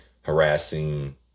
harassing